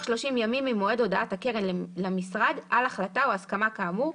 30 ימים ממועד הודעת הקרן למשרד על החלטה או הסכמה כאמור."